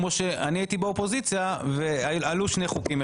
כמו שאני הייתי באופוזיציה ועלו שני חוקים,